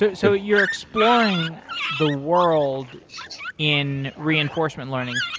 you're so you're exploring the world in reinforcement learning.